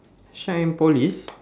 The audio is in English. shine and polish